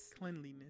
cleanliness